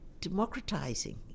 democratizing